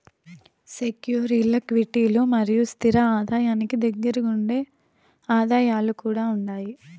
సెక్యూరీల్ల క్విటీలు మరియు స్తిర ఆదాయానికి దగ్గరగుండే ఆదాయాలు కూడా ఉండాయి